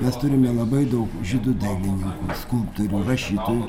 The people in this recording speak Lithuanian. mes turime labai daug žydų dailininkų skulptorių rašytojų